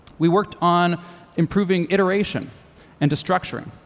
we worked on improving iteration and destructuring,